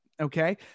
okay